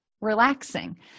relaxing